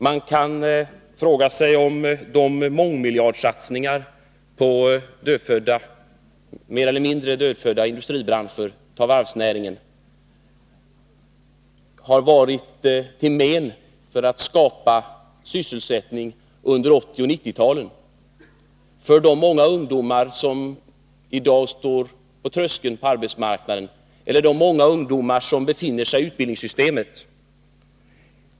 Man kan också fråga sig om mångmiljardsatsningarna på mer eller mindre dödfödda industribranscher, t.ex. varvsnäringen, har varit till men när det gällt att skapa sysselsättning under 1980 och 1990-talen för de många ungdomar som i dag står på tröskeln till arbetsmarknaden eller som befinner sig i utbildningssystemet.